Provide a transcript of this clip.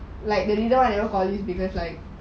like the leader I never call you because like